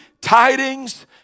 tidings